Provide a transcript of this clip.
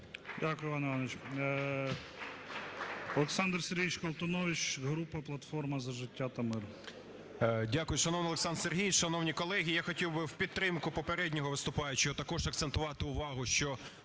Дякую, Іване Івановичу. Олександр Сергійович Колтунович, група "Платформа за життя та мир".